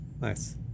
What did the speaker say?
Nice